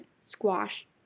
squash